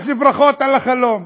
אז ברכות על החלום.